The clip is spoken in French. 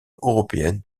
européenne